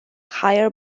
higher